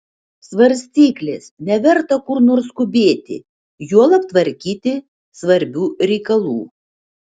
svarstyklės neverta kur nors skubėti juolab tvarkyti svarbių reikalų